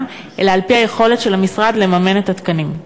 אלא על-פי היכולת של המשרד לממן את התקנים.